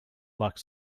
like